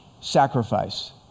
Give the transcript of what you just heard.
sacrifice